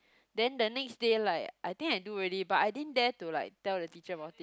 then the next day like I think I do already but I didn't dare to like tell the teacher about it